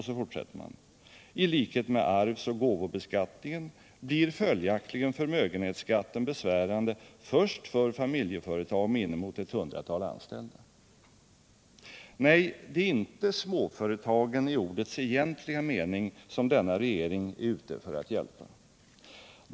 Så fortsätter man: ”I likhet med arvsoch gåvobeskattningen blir följaktligen förmögenhetsskatten be = De mindre och svärande först för familjeföretag med inemot ett hundratal anställda.” medelstora Nej, det är inte småföretagen i ordets egentliga mening som denna företagens utveckregering är ute för att hjälpa.